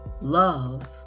Love